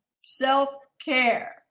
self-care